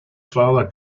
father